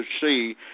see